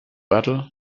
battle